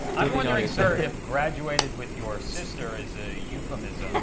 i'm wondering sir, if graduated with your sister is a euphemism?